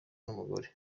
n’umugore